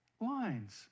lines